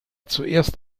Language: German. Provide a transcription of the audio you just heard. zuerst